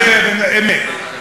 זה אמת,